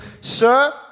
sir